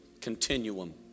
continuum